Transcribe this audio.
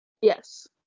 yes